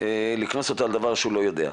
הוא יכול להיקנס על דבר שהוא לא יודע.